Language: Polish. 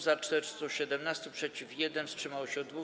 Za - 417, przeciw - 1, wstrzymało się 2.